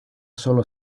solo